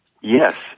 Yes